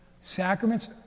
Sacraments